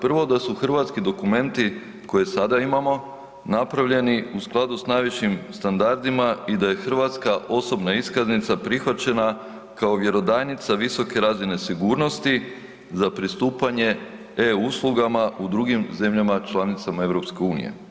Prvo, da su hrvatski dokumenti koje sada imamo napravljeni u skladu s najvišim standardima i da je hrvatska osobna iskaznica prihvaćena kao vjerodajnica visoke razine sigurnosti za pristupanje e-uslugama u drugim zemljama članicama EU.